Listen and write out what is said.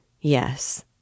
yes